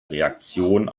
reaktion